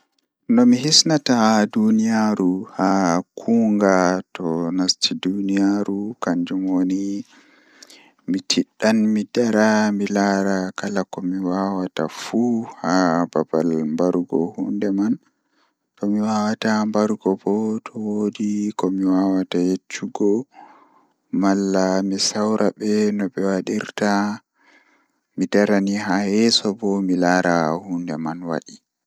Nomi hisnata duniyaaru haa kunga to nasti duniyaaru kannjum woni mi tiɗdan mi dara mi laara kala komi waawata fu haa babal mbarugo huunde man, Tomi waawata mbarugo bo to woodi komi waawata yeccugo malla mi sawra be noɓe waɗirta mi Dara haa yeso nden mi laara huunde man waɗi.